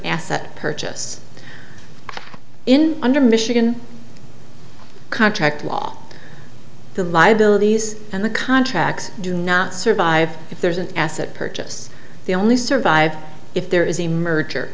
asset purchase in under michigan contract law the liabilities and the contracts do not survive if there is an asset purchase the only survive if there is a merger